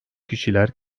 kişiler